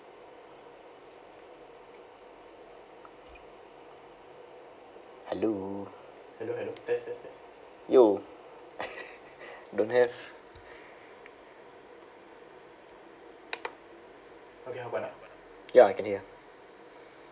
hello hello hello test test test !yo! don't have okay how about now ya I can hear